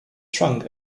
drunk